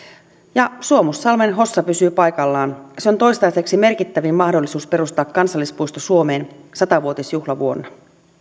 ja suomussalmen hossa pysyy paikallaan se on toistaiseksi merkittävin mahdollisuus perustaa kansallispuisto suomen sata vuotisjuhlavuonna